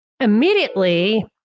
Immediately